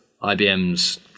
IBM's